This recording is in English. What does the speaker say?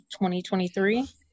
2023